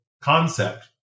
concept